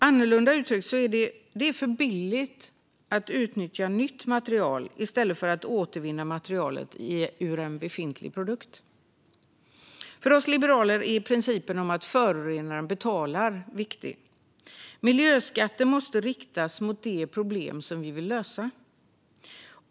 Annorlunda uttryckt är det för billigt att utnyttja nytt material i stället för att återvinna material ur en befintlig produkt. För oss liberaler är principen om att förorenaren betalar viktig. Miljöskatter måste riktas mot det problem som vi vill lösa.